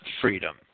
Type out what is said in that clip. freedom